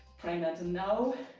bpregnant and no.